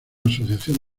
asociación